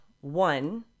one